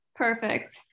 perfect